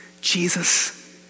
Jesus